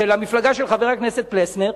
המפלגה של חבר הכנסת פלסנר,